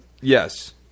Yes